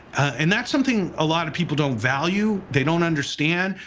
and that's something a lot of people don't value. they don't understand,